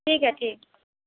ठीक है ठीक